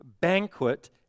banquet